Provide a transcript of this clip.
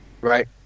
right